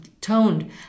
toned